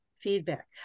feedback